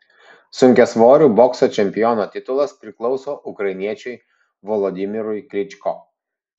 sunkiasvorių bokso čempiono titulas priklauso ukrainiečiui volodymyrui klyčko